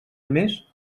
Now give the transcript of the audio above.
més